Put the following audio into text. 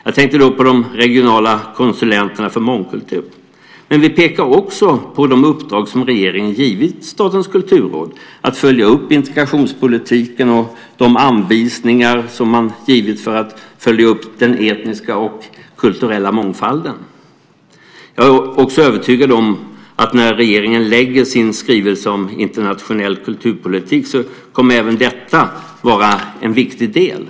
Jag tänker på de regionala konsulenterna för mångkultur. Men vi pekar också på uppdrag som regeringen har givit Statens kulturråd att följa upp integrationspolitiken och de anvisningar som har givits för att följa upp den etniska och kulturella mångfalden. Jag är också övertygad om att när regeringen lägger fram sin skrivelse om internationell kulturpolitik kommer även detta att vara en viktig del.